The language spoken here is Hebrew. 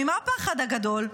ממה הפחד הגדול?